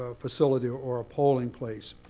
ah facility or a polling place.